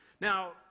Now